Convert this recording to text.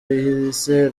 yise